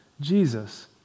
Jesus